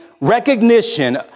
recognition